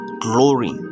glory